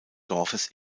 dorfes